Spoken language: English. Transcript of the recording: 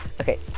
Okay